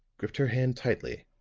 gripped her hand tightly,